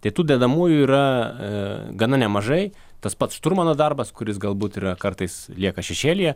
tai tų dedamųjų yra gana nemažai tas pats šturmano darbas kuris galbūt ir kartais lieka šešėlyje